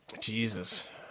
Jesus